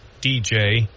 DJ